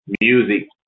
Music